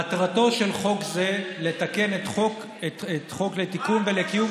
מטרתו של חוק זה לתקן את חוק לתיקון ולקיום